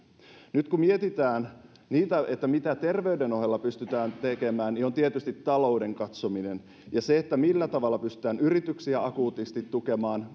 nyt kun mietitään mitä mitä terveyden ohella pystytään tekemään niin on tietysti talouden katsominen ja se millä tavalla pystytään yrityksiä akuutisti tukemaan